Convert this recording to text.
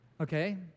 Okay